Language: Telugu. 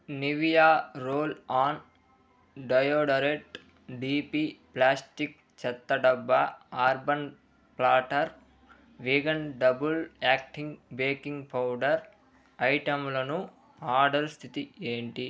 Nivea roll on deodorant DP plastic చెత్తడబ్బా urban platter vegan double acting baking powder ఐటములను ఆర్డర్ స్థితి ఏంటి